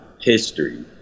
history